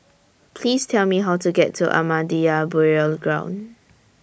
Please Tell Me How to get to Ahmadiyya Burial Ground